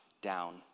down